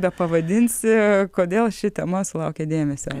bepavadinsi kodėl ši tema sulaukė dėmesio